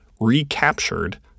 recaptured